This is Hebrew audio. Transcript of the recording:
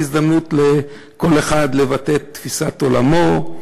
הזדמנות לכל אחד לבטא את תפיסת עולמו,